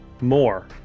more